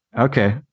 Okay